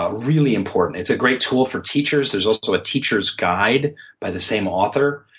ah really important. it's a great tool for teachers. there's also a teacher's guide by the same author.